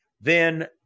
Then-